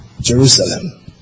Jerusalem